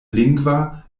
lingva